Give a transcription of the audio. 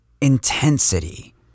Intensity